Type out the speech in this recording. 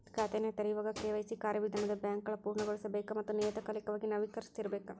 ಖಾತೆನ ತೆರೆಯೋವಾಗ ಕೆ.ವಾಯ್.ಸಿ ಕಾರ್ಯವಿಧಾನನ ಬ್ಯಾಂಕ್ಗಳ ಪೂರ್ಣಗೊಳಿಸಬೇಕ ಮತ್ತ ನಿಯತಕಾಲಿಕವಾಗಿ ನವೇಕರಿಸ್ತಿರಬೇಕ